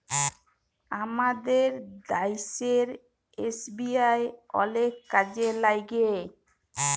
আমাদের দ্যাশের এস.বি.আই অলেক কাজে ল্যাইগে